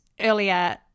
earlier